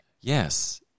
Yes